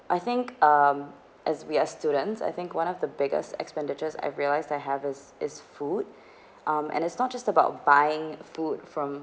I think um as we are students I think one of the biggest expenditures I realised I have is is food um and it's not just about buying food from